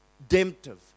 redemptive